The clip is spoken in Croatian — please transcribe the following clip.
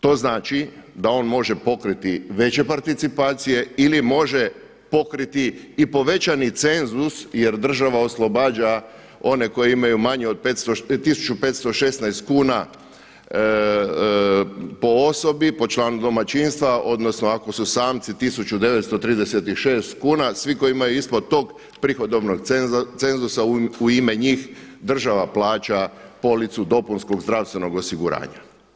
To znači da on može pokriti veće participacije ili može pokriti i povećani cenzus jer država oslobađa one koji imaju manje od 1516 kuna po osobi, po članku domaćinstva, odnosno ako su samci 1936 kuna, svi kojima je ispod tog prihodovnog cenzusa u ime njih država plaća policu dopunskog zdravstvenog osiguranja.